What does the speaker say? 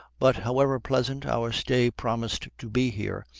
but, however pleasant our stay promised to be here,